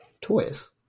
toys